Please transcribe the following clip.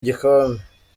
igikombe